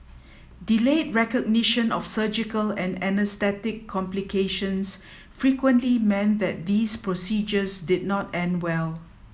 delayed recognition of surgical and anaesthetic complications frequently meant that these procedures did not end well